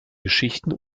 geschichten